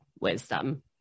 wisdom